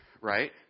right